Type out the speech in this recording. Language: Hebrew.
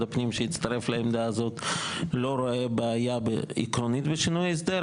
הפנים שהצטרף לעמדה הזאת לא רואה בעיה עקרונית בשינוי ההסדר,